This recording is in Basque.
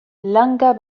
langa